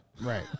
Right